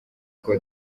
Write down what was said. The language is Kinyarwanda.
god